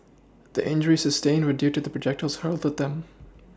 the injuries sustained were due to projectiles hurled at them